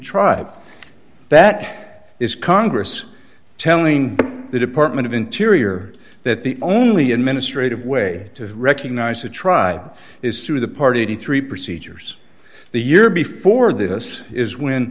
tribe that is congress telling the department of interior that the only administrative way to recognize a tribe is through the party three procedures the year before this is when